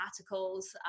articles